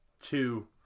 two